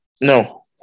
No